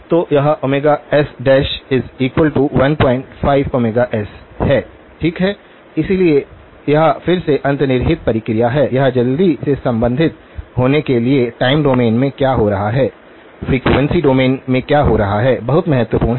तो यह s15s है ठीक है इसलिए यह फिर से अंतर्निहित प्रक्रिया है यह जल्दी से संबंधित होने के लिए टाइम डोमेन में क्या हो रहा है फ्रीक्वेंसी डोमेन में क्या हो रहा है बहुत महत्वपूर्ण है